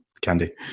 candy